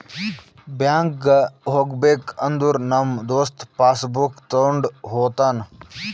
ಬ್ಯಾಂಕ್ಗ್ ಹೋಗ್ಬೇಕ ಅಂದುರ್ ನಮ್ ದೋಸ್ತ ಪಾಸ್ ಬುಕ್ ತೊಂಡ್ ಹೋತಾನ್